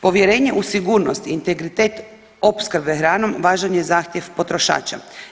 Povjerenje u sigurnosti i integritet opskrbe hranom važan je zahtjev potrošača.